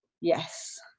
yes